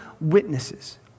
witnesses